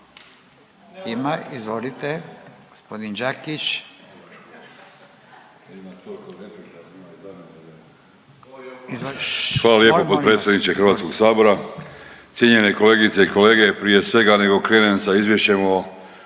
Hvala lijepo potpredsjedniče HS. Cijenjene kolegice i kolege, prije svega nego krenem sa izvješćem